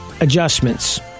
adjustments